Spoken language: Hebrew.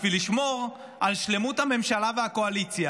בשביל לשמור על שלמות הממשלה והקואליציה